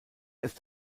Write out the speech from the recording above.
ist